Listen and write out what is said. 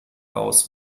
aus